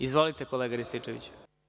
Izvolite kolega Rističeviću.